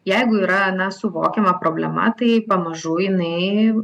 jeigu yra na suvokiama problema tai pamažu jinai